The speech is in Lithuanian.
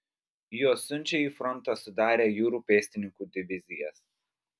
juos siunčia į frontą sudarę jūrų pėstininkų divizijas